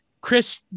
Chris